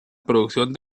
producción